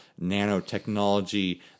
nanotechnology